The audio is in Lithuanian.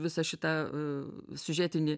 visą šitą siužetinį